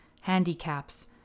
handicaps